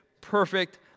perfect